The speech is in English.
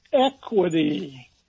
equity